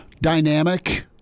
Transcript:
Dynamic